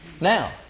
Now